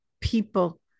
people